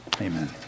Amen